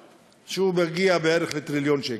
שמגיע בערך לטריליון שקל.